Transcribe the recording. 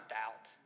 doubt